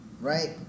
Right